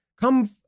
Come